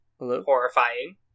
horrifying